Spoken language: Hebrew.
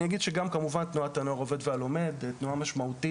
כמובן שתנועת הנוער העובד והלומד היא תנועה משמעותית